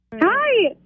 Hi